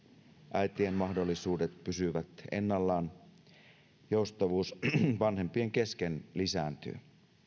äitien mahdollisuudet pysyvät ennallaan joustavuus vanhempien kesken lisääntyy